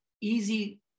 easy